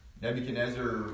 Nebuchadnezzar